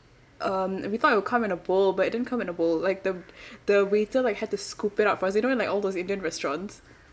um we thought it would come in a bowl but it didn't come in a bowl like the the waiter like had to scoop it up for us you know in like all those indian restaurants